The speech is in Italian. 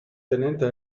tenente